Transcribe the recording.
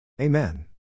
Amen